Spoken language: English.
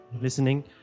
listening